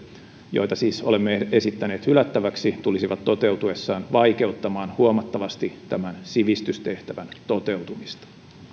joita siis olemme esittäneet hylättäväksi tulisivat toteutuessaan vaikeuttamaan huomattavasti tämän sivistystehtävän toteutumista